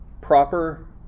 proper